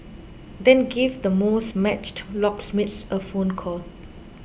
then give the most matched locksmiths a phone call